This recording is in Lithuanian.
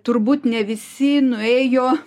turbūt ne visi nuėjo